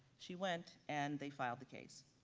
she went and they filed the case.